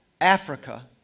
Africa